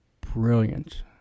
brilliant